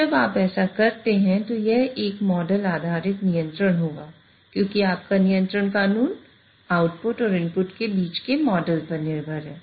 अब हम मॉडल आधारित नियंत्रण आउटपुट और इनपुट के बीच के मॉडल पर निर्भर है